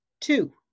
Two